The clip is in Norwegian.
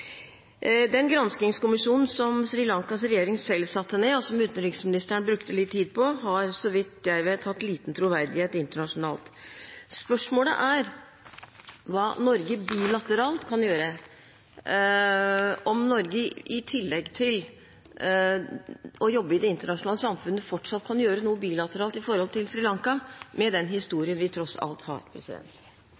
Den granskingskommisjonen som Sri Lankas regjering selv satte ned, og som utenriksministeren brukte litt tid på, har – så vidt jeg vet – hatt liten troverdighet internasjonalt. Spørsmålet er hva Norge kan gjøre bilateralt, om Norge i tillegg til å jobbe i det internasjonale samfunnet fortsatt kan gjøre noe bilateralt når det gjelder Sri Lanka, med den